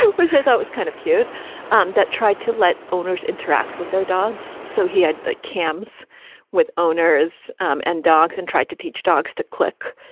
and i thought was kind of cute um that tried to let owners interact with their dogs. so he had camps with owners um and dogs and tried to teach dogs to click.